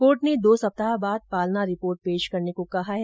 court ने दो सप्ताह बाद पालना रिपोर्ट पेश करने को कहा है